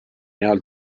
näol